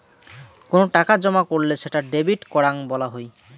কোনো টাকা জমা করলে সেটা ডেবিট করাং বলা হই